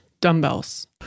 dumbbells